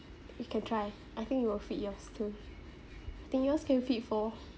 you can try I think it will fit yours too I think yours can fit for